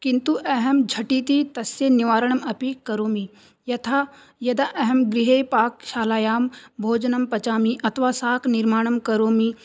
किन्तु अहं झटिति तस्य निवारणमपि करोमि यथा यदा अहं गृहे पाकशालायां भोजनं पचामि अथवा शाकनिर्माणं करोमि